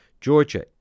Georgia